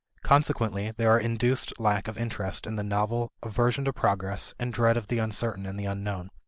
consequently, there are induced lack of interest in the novel, aversion to progress, and dread of the uncertain and the unknown.